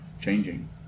changing